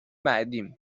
بعدیم